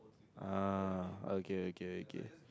ah okay okay okay